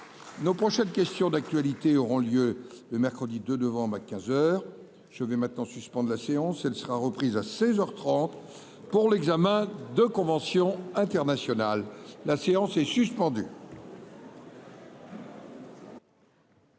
nos prochaines questions d'actualité, auront lieu le mercredi de devant ma 15 heures je vais maintenant suspende la séance, elle sera reprise à 16 heures 30 pour l'examen de conventions internationales, la séance est suspendue.